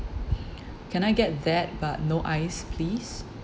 can I get that but no ice please